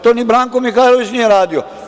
To ni Branko Mihajlović nije radio.